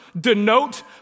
denote